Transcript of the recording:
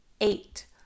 eight